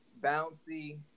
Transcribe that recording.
bouncy